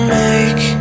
make